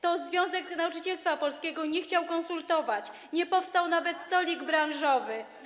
To Związek Nauczycielstwa Polskiego nie chciał konsultować, nie powstał nawet stolik branżowy.